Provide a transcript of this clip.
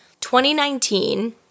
2019